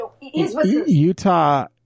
Utah